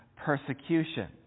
persecution